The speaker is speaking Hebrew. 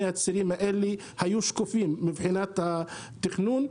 הצירים האלה הייתה שקופה מבחינת התכנון.